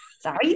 Sorry